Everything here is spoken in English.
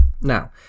Now